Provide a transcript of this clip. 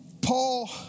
Paul